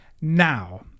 Now